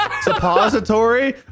suppository